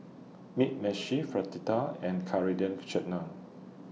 Mugi Meshi Fritada and Coriander Chutney